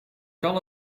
kan